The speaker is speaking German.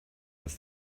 als